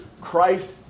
Christ